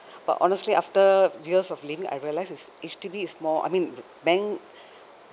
but honestly after years of living I realize it's H_D_B is more I mean bank